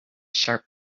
sharp